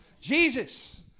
Jesus